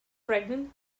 pregnant